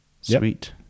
sweet